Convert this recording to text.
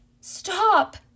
Stop